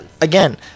again